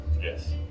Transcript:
Yes